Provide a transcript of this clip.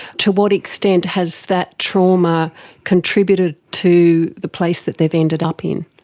to what extent has that trauma contributed to the place that they've ended up in?